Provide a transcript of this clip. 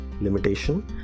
limitation